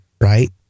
right